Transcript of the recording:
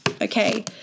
okay